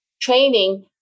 training